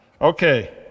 Okay